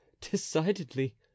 decidedly